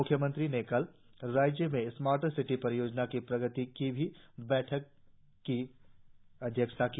मुख्यमंत्री ने कल राज्य में स्मार्ट सिटी परियोजना की प्रगति की समीक्षा बैठक की भी अध्यक्षता की